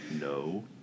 no